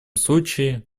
случае